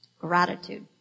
Gratitude